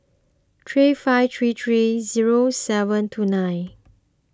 three five three three zero seven two nine